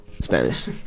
Spanish